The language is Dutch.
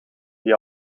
die